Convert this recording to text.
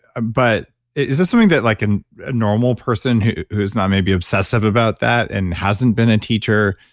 ah but is this something that like and a normal person who's not maybe obsessive about that and hasn't been a teacher,